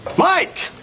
mike,